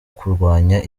kurwanya